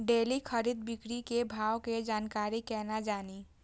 Daily खरीद बिक्री के भाव के जानकारी केना जानी?